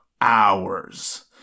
hours